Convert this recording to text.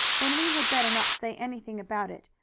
then we had better not say anything about it.